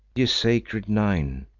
ye sacred nine,